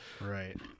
right